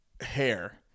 hair